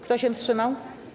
Kto się wstrzymał?